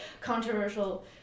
controversial